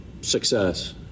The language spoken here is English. success